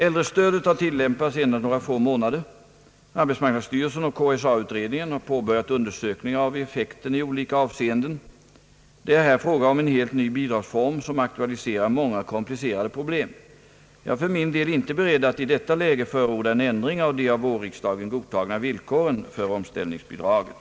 Äldre-stödet har tillämpats endast några få månader. Arbetsmarknadsstyrelsen och KSA-utredningen har påbörjat undersökningar av effekten i olika avseenden. Det är här fråga om en helt ny bidragsform, som =<:aktualiserar många komplicerade problem. Jag är för min del inte beredd att i detta läge förorda en ändring av de av vårriksdagen godtagna villkoren för omställningsbidraget.